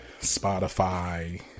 Spotify